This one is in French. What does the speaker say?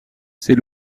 ces